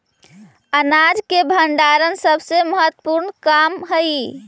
अनाज के भण्डारण सबसे महत्त्वपूर्ण काम हइ